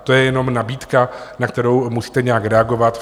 To je jenom nabídka, na kterou musíte nějak reagovat.